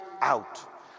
out